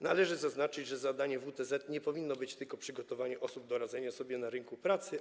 Należy zaznaczyć, że zadaniem WTZ-etów nie powinno być tylko przygotowanie osób do radzenia sobie na rynku pracy.